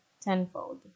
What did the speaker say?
tenfold